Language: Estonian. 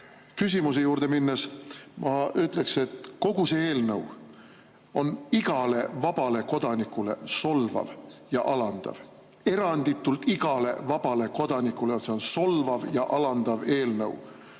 küsimuse juurde minnes ma ütleksin, et kogu see eelnõu on igale vabale kodanikule solvav ja alandav. Eranditult igale vabale kodanikule on see eelnõu